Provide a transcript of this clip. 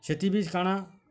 ସେଥି କାଣା